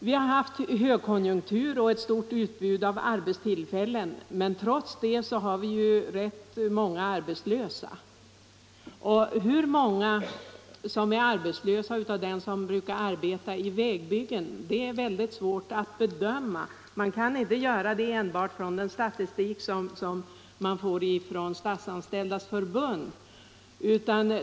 Vi har haft högkonjunktur och ett stort utbud av arbetstillfällen. Men trots detta har vi rätt många arbetslösa. Hur många som är arbetslösa av dem som brukar arbeta i vägbyggen är mycket svårt att bedöma. Man kan inte göra det enbart med ledning av den statistik som vi får från Statsanställdas förbund.